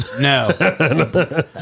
No